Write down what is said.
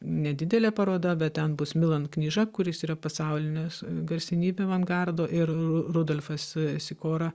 nedidelė paroda bet ten bus milan kniža kuris yra pasaulinis garsenybė avangardo ir rudolfas sikora